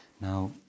Now